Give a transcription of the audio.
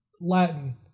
Latin